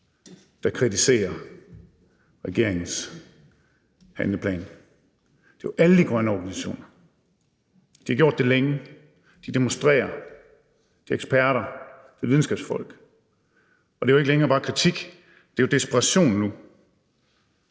der kritiserer regeringens handleplan, det er jo alle de grønne organisationer, og de har gjort det længe. De demonstrerer – eksperter, videnskabsfolk. Og det er jo ikke længere bare kritik, det er jo desperation nu.